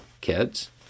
kids